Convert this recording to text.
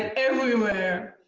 everywhere.